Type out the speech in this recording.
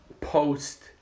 post